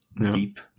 Deep